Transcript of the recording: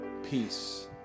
Peace